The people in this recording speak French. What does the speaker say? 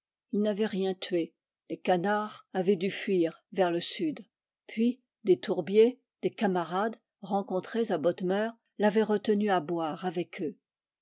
il n'avait rien tué les canards avaient dû fuir vers le sud puis des tourbiers des camarades rencontrés à bodmeur l'avaient retenu à boire avec eux